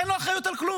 אין לו אחריות על כלום,